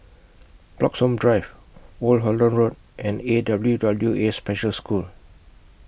Bloxhome Drive Old Holland Road and A W W A Special School